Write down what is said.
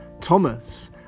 Thomas